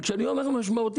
כשאני אומר "משמעותית",